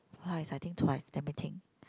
twice I think twice let me think